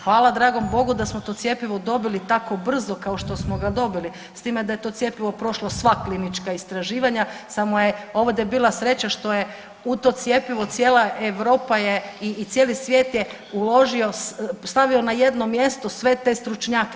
Hvala dragom bogu da smo to cjepivo dobili tako brzo kao što smo ga dobili s time da je to cjepivo prošlo sva klinička istraživanja samo je ovdje bila sreća što je u to cjepivo cijela Europa je i cijeli svijet je uložio, stavio na jedno mjesto sve te stručnjake.